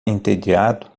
entediado